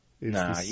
Nah